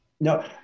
No